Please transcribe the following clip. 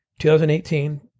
2018